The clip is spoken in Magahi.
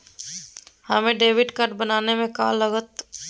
हमें डेबिट कार्ड बनाने में का लागत?